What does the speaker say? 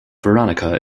veronica